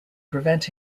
prevent